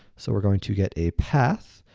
so we're going to get a path.